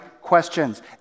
questions